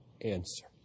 answer